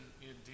indeed